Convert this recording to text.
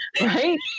Right